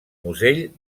musell